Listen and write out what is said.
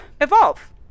evolve